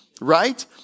Right